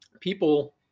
people